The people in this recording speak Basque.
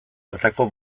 hartako